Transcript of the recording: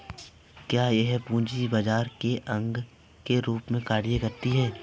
क्या यह पूंजी बाजार के अंग के रूप में कार्य करता है?